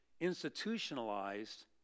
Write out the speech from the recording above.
institutionalized